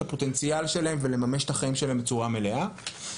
הפוטנציאל שלהם ולממש את חייהם בצורה מלאה.